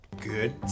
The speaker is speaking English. Good